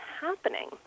happening